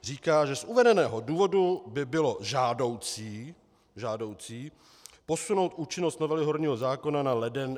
Říká, že z uvedeného důvodu by bylo žádoucí posunout účinnost novely horního zákona na leden 2017.